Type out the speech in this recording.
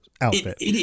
Outfit